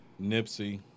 Nipsey